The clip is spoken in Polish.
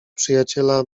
przyjaciela